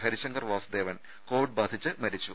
Harishankar Vasudevan Covid ബാധിച്ച് മരിച്ചു